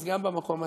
אז גם במקום הזה,